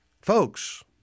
Folks